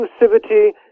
exclusivity